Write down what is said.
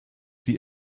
sie